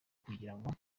kugirango